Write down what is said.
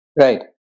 Right